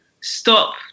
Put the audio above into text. stop